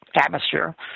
atmosphere